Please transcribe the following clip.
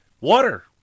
water